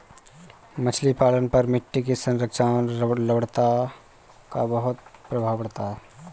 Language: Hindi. मछली पालन पर मिट्टी की संरचना और लवणता का बहुत प्रभाव पड़ता है